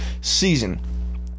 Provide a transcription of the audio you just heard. season